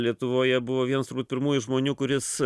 lietuvoje buvau vienas turbūt pirmųjų žmonių kuris